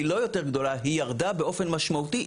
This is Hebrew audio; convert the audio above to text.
היא לא יותר גדולה, היא ירדה באופן משמעותי.